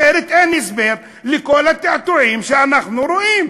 אחרת אין הסבר לכל התעתועים שאנחנו רואים.